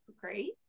great